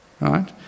Right